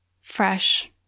fresh